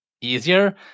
easier